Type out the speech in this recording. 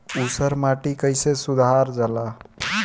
ऊसर माटी कईसे सुधार जाला?